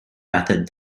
method